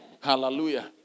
Hallelujah